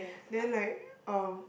then like uh